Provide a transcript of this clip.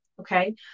Okay